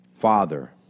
Father